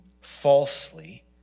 falsely